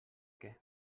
què